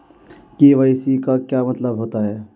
KYC का क्या मतलब होता है?